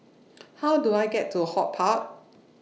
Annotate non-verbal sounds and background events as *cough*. *noise* How Do I get to HortPark